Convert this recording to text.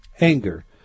anger